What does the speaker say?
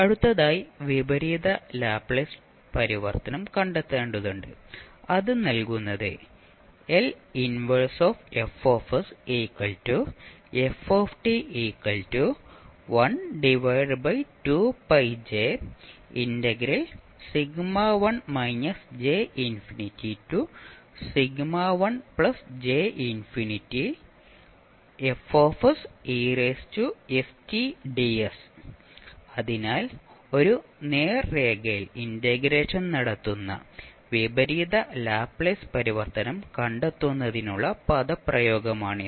അടുത്തതായി വിപരീത ലാപ്ലേസ് പരിവർത്തനം കണ്ടെത്തേണ്ടതുണ്ട് അത് നൽകുന്നത് അതിനാൽ ഒരു നേർരേഖയിൽ ഇന്റഗ്രേഷൻ നടത്തുന്ന വിപരീത ലാപ്ലേസ് പരിവർത്തനം കണ്ടെത്തുന്നതിനുള്ള പദപ്രയോഗമാണിത്